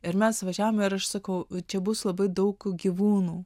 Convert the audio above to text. ir mes važiavome ir aš sakau čia bus labai daug gyvūnų